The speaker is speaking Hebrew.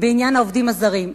בעניין העובדים הזרים,